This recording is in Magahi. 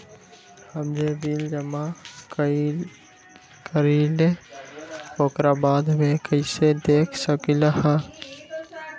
हम जे बिल जमा करईले ओकरा बाद में कैसे देख सकलि ह?